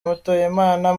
mutuyimana